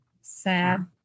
sad